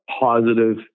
positive